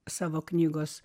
savo knygos